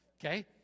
okay